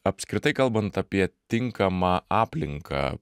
apskritai kalbant apie tinkamą aplinką